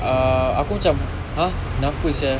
ah aku macam !huh! kenapa sia